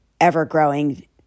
ever-growing